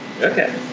Okay